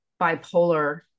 bipolar